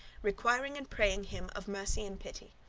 requiring and praying him of mercy and pity.